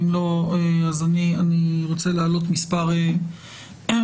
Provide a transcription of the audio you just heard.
אם לא אני רוצה להעלות מספר סוגיות.